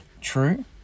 true